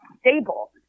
stable